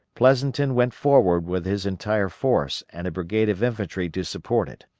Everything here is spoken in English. pleasonton went forward with his entire force and a brigade of infantry to support it.